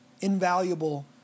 invaluable